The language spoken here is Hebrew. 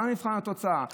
מה מבחן התוצאה?